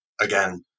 again